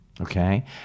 Okay